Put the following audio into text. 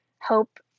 hope